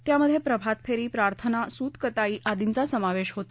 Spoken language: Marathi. त्यामध्ये प्रभाम फेरी प्रार्थना सुतकताई आदींचा समावेश होता